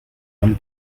one